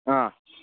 آ